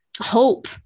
hope